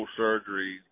surgery